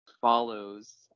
follows